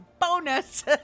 Bonus